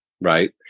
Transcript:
right